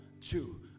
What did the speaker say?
two